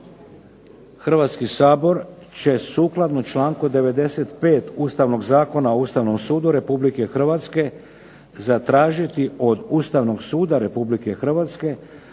Hrvatski sabor će sukladno članku 95. ustavnog Zakona o Ustavnom sudu Republike Hrvatske zatražiti od Ustavnog suda Republike Hrvatske